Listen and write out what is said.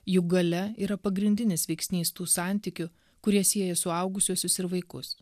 juk galia yra pagrindinis veiksnys tų santykių kurie sieja suaugusiuosius ir vaikus